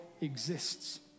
exists